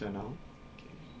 text her now okay